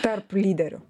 tarp lyderių